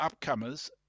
upcomers